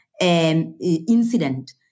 incident